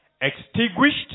Extinguished